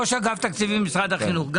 ראש אגף תקציבים במשרד החינוך.